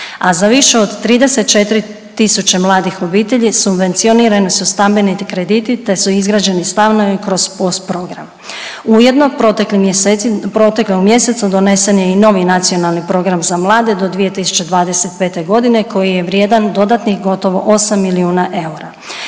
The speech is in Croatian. a za više od 34 000 mladih obitelji subvencionirani su stambeni krediti, te su izgrađeni stanovi kroz POS program. Ujedno proteklog mjeseca donesen je i novi Nacionalni program za mlade do 2025. godine koji je vrijedan dodatnih gotovo 8 milijuna eura.